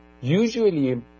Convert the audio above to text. usually